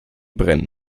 brennen